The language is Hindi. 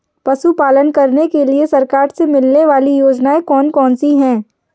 पशु पालन करने के लिए सरकार से मिलने वाली योजनाएँ कौन कौन सी हैं?